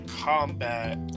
combat